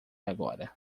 agora